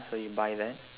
so you buy that